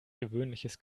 gewöhnliches